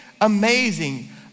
amazing